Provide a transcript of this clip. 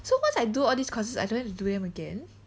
so once I do all these courses I don't have to do them again